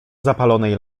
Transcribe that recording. zapalonej